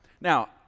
Now